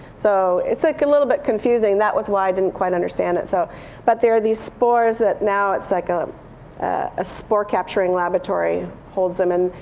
so, it's like a little bit confusing. that was why i didn't quite understand it. so but there are these spores that now it's like ah um a spore capturing laboratory holds them in.